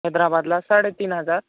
हैद्राबादला साडेतीन हजार